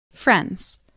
Friends